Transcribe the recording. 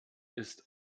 ist